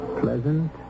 Pleasant